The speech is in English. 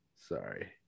sorry